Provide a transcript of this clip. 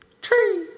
Tree